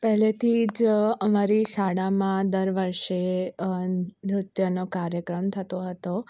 પહેલેથી જ અમારી શાળામાં દર વર્ષે નૃત્યનો કાર્યક્રમ થતો હતો